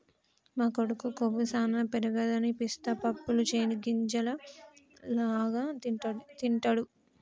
మా కొడుకు కొవ్వు సానా పెరగదని పిస్తా పప్పు చేనిగ్గింజల లాగా తింటిడు